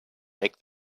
make